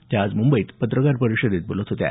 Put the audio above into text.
त्या आज मुंबईत पत्रकार परिषदेत बोलत होत्या